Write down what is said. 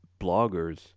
bloggers